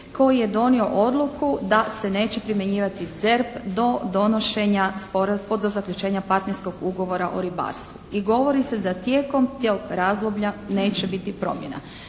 koji je donio odluku da se neće primjenjivati ZERP do donošenja, do zaključenja Partnerskog ugovora o ribarstvu. I govori se da tijekom tog razdoblja neće biti promjena.